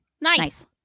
Nice